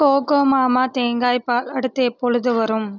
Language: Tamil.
கோகோமாமா தேங்காய் பால் அடுத்து எப்பொழுது வரும்